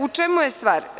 U čemu je stvar?